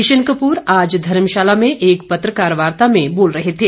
किशन कपूर आज धर्मशाला में एक पत्रकार वार्ता में बोल रहे थे